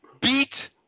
beat